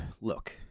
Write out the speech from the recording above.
look